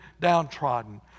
downtrodden